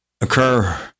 occur